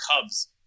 Cubs